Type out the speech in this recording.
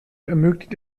ermöglicht